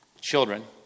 Children